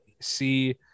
see